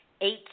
eight